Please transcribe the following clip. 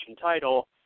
title